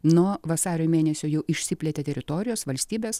nuo vasario mėnesio jau išsiplėtė teritorijos valstybės